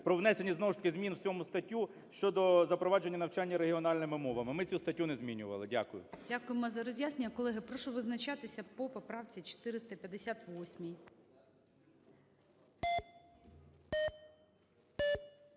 про внесення знову ж таки змін у 7 статтю щодо запровадження навчання регіональними мовами. Ми цю статтю не змінювали. Дякую. ГОЛОВУЮЧИЙ. Дякуємо за роз'яснення. Колеги, прошу визначатися по поправці 458.